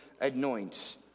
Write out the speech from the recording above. anoint